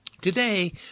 Today